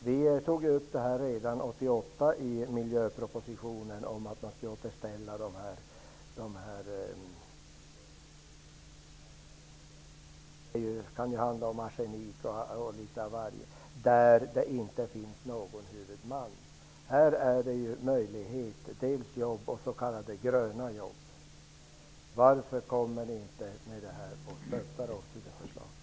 Vi tog upp redan 1988 i miljöpropositionen upp frågan om att återställa dessa härdar, som innehåller arsenik och litet av varje, på områden där det inte finns någon huvudman. Varför stöttar ni oss inte i det här förslaget?